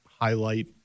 highlight